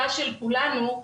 כולנו.